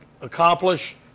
accomplish